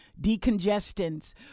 decongestants